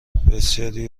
بسیاری